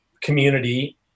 community